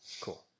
Cool